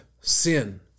sin